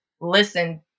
listen